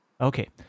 Okay